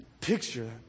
picture